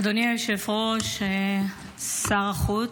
אדוני היושב-ראש, שר החוץ,